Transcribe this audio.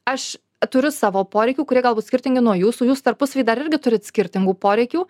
aš turiu savo poreikių kurie galbūt skirtingai nuo jūsų jūs tarpusavy dar irgi turit skirtingų poreikių